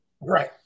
Right